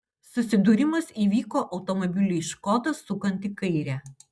susidūrimas įvyko automobiliui škoda sukant į kairę